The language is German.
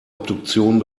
obduktion